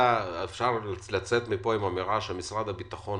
לא משנה לאיזה סיכומים תגיעו עם משרד האוצר?